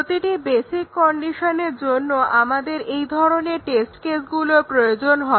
প্রতিটি বেসিক কন্ডিশনের জন্য আমাদের এই ধরনের টেস্ট কেসগুলোর প্রয়োজন হবে